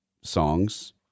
songs